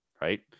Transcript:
Right